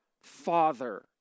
father